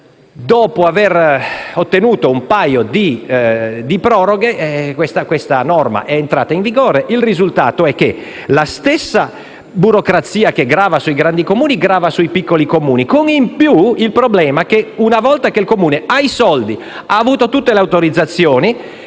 dopo aver ottenuto un paio di proroghe, la norma è entrata in vigore. Il risultato è che la stessa burocrazia che grava sui grandi Comuni grava sui piccoli Comuni, con l'aggiunta di un problema: una volta che il Comune ha i soldi e ha ricevuto tutte le autorizzazioni